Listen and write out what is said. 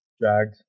dragged